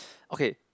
okay